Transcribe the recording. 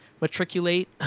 matriculate